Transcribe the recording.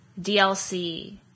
DLC